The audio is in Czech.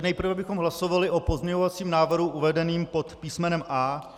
Nejprve bychom hlasovali o pozměňovacím návrhu uvedeném pod písmenem A.